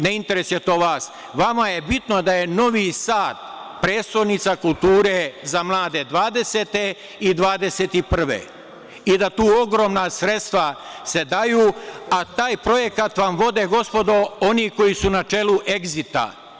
Ne interesuje to vas, vama je bitno da je Novi Sad prestonica kulture za mlade 2020. i 2021, i da se ogromna sredstva daju, a taj projekat vam vode, gospodo, oni koji su na čelu „Egzita“